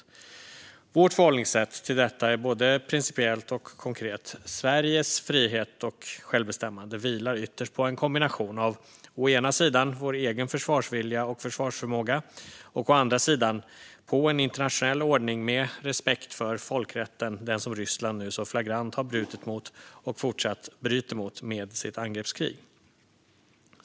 Vänsterpartiets förhållningssätt till detta är både principiellt och konkret. Sveriges frihet och självbestämmande vilar ytterst på en kombination av å ena sidan vår egen försvarsvilja och försvarsförmåga och å andra sidan en internationell ordning med respekt för folkrätten, den som Ryssland nu så flagrant har brutit mot och fortsatt bryter mot med sitt angreppskrig.